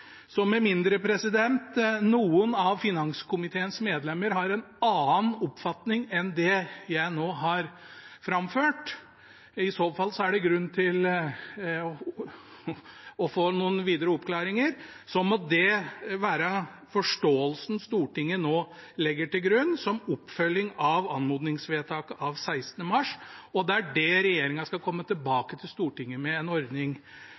Med mindre noen av finanskomiteens medlemmer har en annen oppfatning enn det jeg nå har framført – i så fall er det grunn til å få noen videre oppklaringer – må det være forståelsen Stortinget nå legger til grunn som oppfølging av anmodningsvedtaket av 16. mars, og det er det regjeringen skal komme tilbake til Stortinget med en ordning